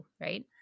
right